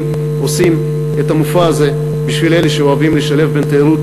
עושים את המופע הזה בשביל אלה שאוהבים לשלב תיירות